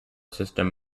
system